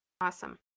Awesome